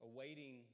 Awaiting